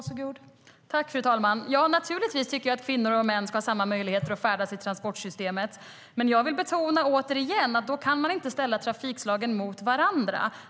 Fru talman! Ja, naturligtvis tycker jag att kvinnor och män ska ha samma möjligheter att färdas i transportsystemet, men jag vill återigen betona att man då inte kan ställa trafikslagen mot varandra.